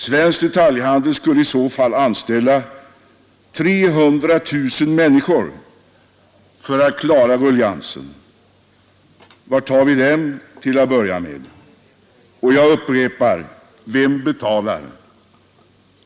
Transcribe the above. Svensk detaljhandel skulle i så fall anställa 300 000 människor för att klara ruljansen. Var tar vi dem, till att börja med? Och vem betalar kalaset?